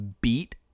beat